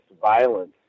violence